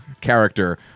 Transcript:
character